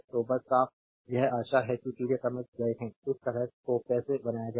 तो बस साफ यह आशा है कि चीजें समझ गए हैं कि इस बात को कैसे बनाया जाए